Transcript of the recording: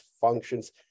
functions